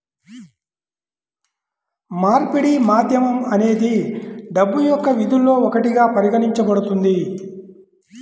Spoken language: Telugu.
మార్పిడి మాధ్యమం అనేది డబ్బు యొక్క విధుల్లో ఒకటిగా పరిగణించబడుతుంది